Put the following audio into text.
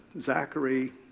Zachary